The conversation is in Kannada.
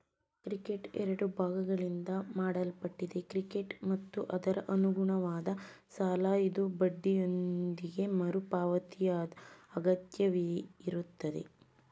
ಕ್ರೆಡಿಟ್ ಎರಡು ಭಾಗಗಳಿಂದ ಮಾಡಲ್ಪಟ್ಟಿದೆ ಕ್ರೆಡಿಟ್ ಮತ್ತು ಅದರಅನುಗುಣವಾದ ಸಾಲಇದು ಬಡ್ಡಿಯೊಂದಿಗೆ ಮರುಪಾವತಿಯಅಗತ್ಯವಿರುತ್ತೆ